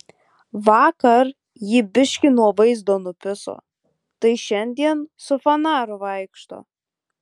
vakar jį biškį nuo vaizdo nupiso tai šiandien su fanaru vaikšto